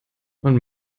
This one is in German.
und